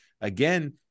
again